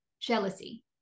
Jealousy